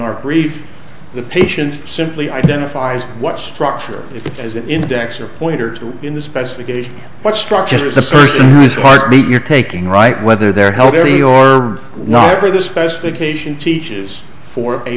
our grief the patient simply identifies what structure as an index or pointer to in the specification what structures a certain noise heartbeat you're taking right whether they're held every or not for the specification teaches for a